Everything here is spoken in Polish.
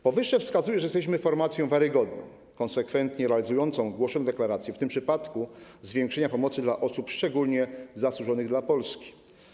Powyższe wskazuje, że jesteśmy formacją wiarygodną, konsekwentnie realizującą głoszone deklaracje, w tym przypadku - zwiększenia pomocy dla osób szczególnie zasłużonych dla Polski.